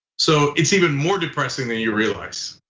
so it's even more depressing than you realize.